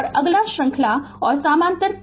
अगला श्रृंखला और समानांतर प्रेरक है